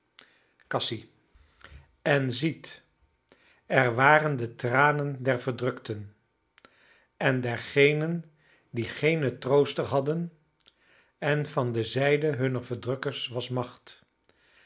cassy en ziet er waren de tranen der verdrukten en dergenen die geenen trooster hadden en van de zijde hunner verdrukkers was macht